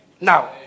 Now